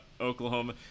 Oklahoma